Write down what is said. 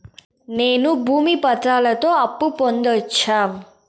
నేను భూమి పత్రాలతో అప్పు పొందొచ్చా?